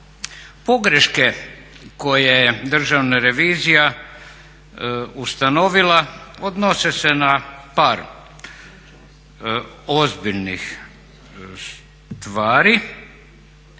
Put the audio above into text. Pogreške koje je Državna revizija ustanovila odnose se na par ozbiljnih stvari